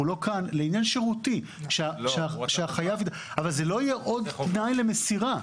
הוא לא כאן לעניין שירותי אבל זה לא יהיה עוד תנאי למסירה.